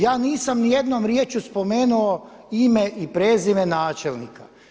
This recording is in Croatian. Ja nisam ni jednom riječju spomenuo ime i prezime načelnika.